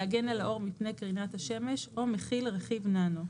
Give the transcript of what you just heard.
להגן על העור מפני קרינת השמש או מכיל רכיב ננו.